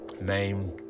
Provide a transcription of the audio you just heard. named